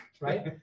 right